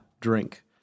drink